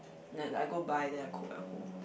that I go buy and then I cook at home